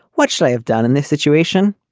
what should i have done in this situation?